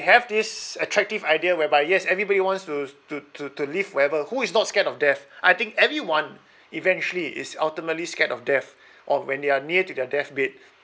have this attractive idea whereby yes everybody wants to to to to live forever who is not scared of death I think everyone eventually is ultimately scared of death or when they are near to their death bed